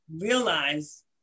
realize